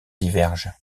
divergent